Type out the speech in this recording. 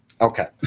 Okay